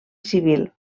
civil